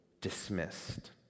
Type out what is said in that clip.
dismissed